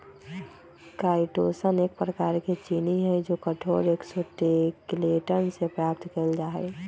chitosan एक प्रकार के चीनी हई जो कठोर एक्सोस्केलेटन से प्राप्त कइल जा हई